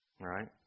right